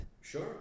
Sure